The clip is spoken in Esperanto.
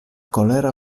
kolera